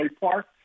Park